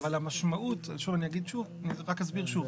אני אסביר שוב.